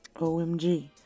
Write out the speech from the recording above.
OMG